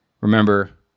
Remember